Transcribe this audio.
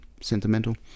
sentimental